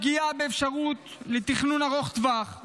פגיעה באפשרות לתכנון ארוך טווח,